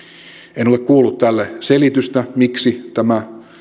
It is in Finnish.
en ole kuullut selitystä miksi tämä